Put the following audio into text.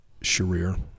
sharir